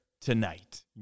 tonight